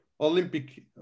Olympic